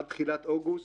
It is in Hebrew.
עד תחילת אוגוסט.